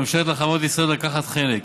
ומאפשרת לחברות ישראליות לקחת חלק,